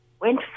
went